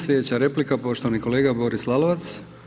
Slijedeća replika poštovani kolega Boris Lalovac.